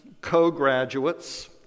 co-graduates